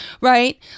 right